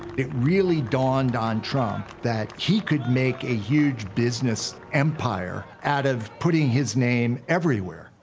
it really dawned on trump that he could make a huge business empire out of putting his name everywhere.